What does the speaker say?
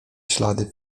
ślady